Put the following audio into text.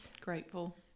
Grateful